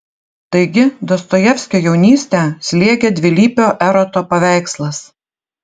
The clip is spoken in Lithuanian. taigi dostojevskio jaunystę slėgė dvilypio eroto paveikslas